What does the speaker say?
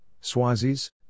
Swazis